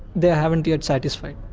they haven't been satisfied.